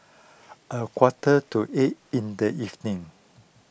a quarter to eight in the evening